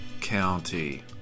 County